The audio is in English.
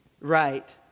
right